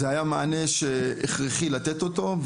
זה היה מענה שהכרחי לתת אותו,